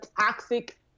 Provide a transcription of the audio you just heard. toxic